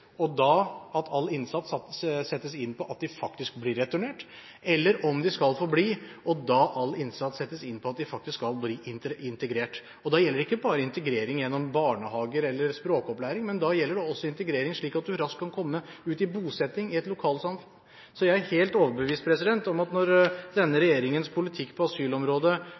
man da enten setter all innsats inn på at de faktisk blir returnert, eller – om de skal få bli – setter all innsats inn på at de skal bli integrert, er det beste. Det gjelder ikke bare integrering gjennom barnehager eller språkopplæring, men det gjelder også integrering som gjør at man raskt kan bosettes i et lokalsamfunn. Jeg er helt overbevist om at når denne regjeringens politikk på asylområdet